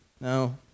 Now